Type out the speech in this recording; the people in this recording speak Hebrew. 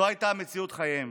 זו הייתה מציאות חייהם